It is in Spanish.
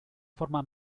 forma